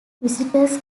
visitors